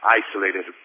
isolated